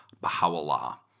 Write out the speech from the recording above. Baha'u'llah